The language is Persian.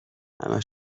همه